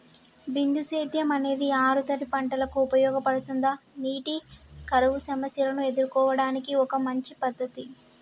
బిందు సేద్యం అనేది ఆరుతడి పంటలకు ఉపయోగపడుతుందా నీటి కరువు సమస్యను ఎదుర్కోవడానికి ఒక మంచి పద్ధతి?